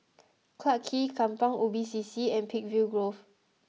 Clarke Quay Kampong Ubi C C and Peakville Grove